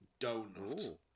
donut